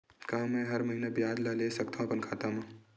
का मैं हर महीना ब्याज ला ले सकथव अपन खाता मा?